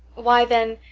why, then,